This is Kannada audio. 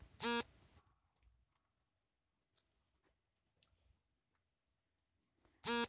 ಬಾಂಡ್ ಮಾರ್ಕೆಟ್ ಕ್ಷೇತ್ರದಲ್ಲಿ ಅಮೆರಿಕ ಒಳ್ಳೆಯ ಸಾಧನೆ ಮಾಡಿದೆ